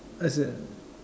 as in